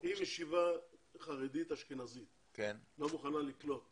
אם ישיבה חרדית אשכנזית לא מוכנה לקלוט